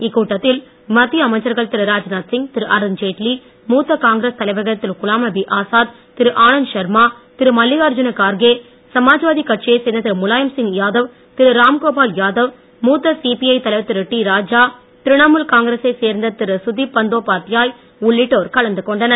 இக்கூட்டத்தில் மத்திய அமைச்சர்கள் திரு ராஜ்நாத் சிங் திரு அருண் ஜெட்லி மூத்த காங்கிரஸ் தலைவர்கள் திரு குலாம்நபி ஆசாத் திரு ஆனந்த் சர்மா திரு மல்லிகார்ஜூன கார்கே சமாஜ்வாதிக் கட்சியைச் சேர்ந்த திரு முலாயம்சிங் யாதவ் திரு ராம்கோபால் யாதவ் மூத்த சிபிஐ தலைவர் திரு டி ராஜா திரிணமுல் காங்கிரசைச் சேர்ந்த திரு சுதீப் பந்தோபாத்யாய் உள்ளிட்டோர் கலந்து கொண்டனர்